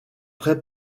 prêt